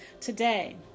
Today